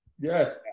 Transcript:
yes